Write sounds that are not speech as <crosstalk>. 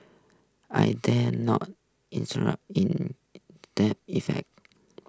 I dare not <unintelligible> in dead effect